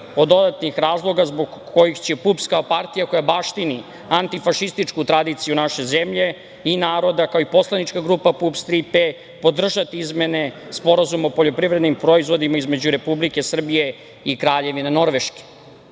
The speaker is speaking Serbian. od dodatnih razloga zbog kojih će PUPS kao partija koja baštini antifašističku tradiciju naše zemlje i naroda, kao i poslanička grupa PUPS - "Tri P", podržati izmene Sporazuma o poljoprivrednim proizvodima između Republike Srbije i Kraljevine Norveške. Da